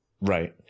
right